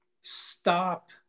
stop